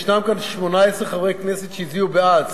ישנם כאן 18 חברי כנסת שהצביעו בעד,